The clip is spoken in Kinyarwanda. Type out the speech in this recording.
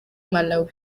malawi